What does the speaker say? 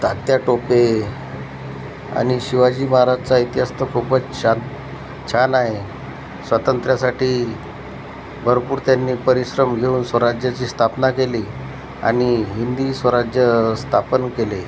तात्या टोपे आणि शिवाजी महाराजांचा इतिहास तर खूपच छान छान आहे स्वातंत्र्यासाठी भरपूर त्यांनी परिश्रम घेऊन स्वराज्याची स्थापना केली आणि हिंदी स्वराज्य स्थापन केले